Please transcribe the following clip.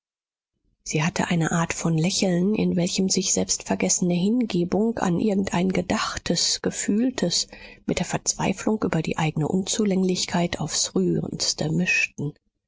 sie hatte eine art von lächeln in welchem sich selbstvergessene hingebung an irgendein gedachtes gefühltes mit der verzweiflung über die eigne unzulänglichkeit aufs rührendste mischten